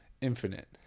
infinite